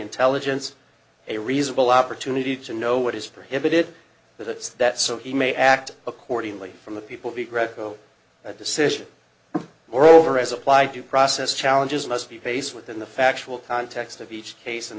intelligence a reasonable opportunity to know what is prohibited that it's that so he may act accordingly from the people be greco that decision moreover as applied to process challenges must be pace within the factual context of each case and